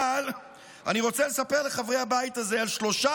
אבל אני רוצה לספר לחברי הבית הזה על שלושה